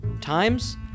Times